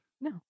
No